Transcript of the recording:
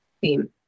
theme